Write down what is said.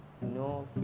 no